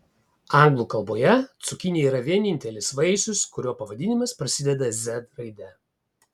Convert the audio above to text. anglų kalboje cukinija yra vienintelis vaisius kurio pavadinimas prasideda z raide